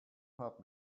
help